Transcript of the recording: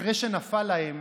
אחרי שנפל להם